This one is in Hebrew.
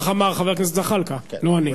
כך אמר חבר הכנסת זחאלקה, לא אני.